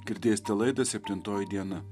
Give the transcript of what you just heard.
girdėste laidą septintoji diena